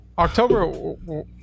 October